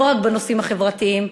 לא רק בנושאים החברתיים,